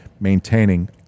maintaining